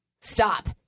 stop